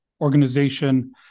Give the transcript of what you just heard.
organization